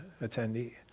attendee